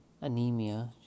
Anemia